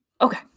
Okay